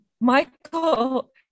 Michael